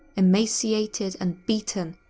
emaciated and beaten,